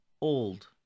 old